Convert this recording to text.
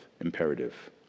imperative